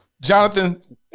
Jonathan